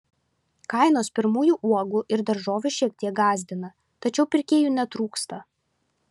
kainos pirmųjų uogų ir daržovių šiek tiek gąsdina tačiau pirkėjų netrūksta